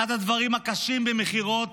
אחד הדברים הקשים במכירות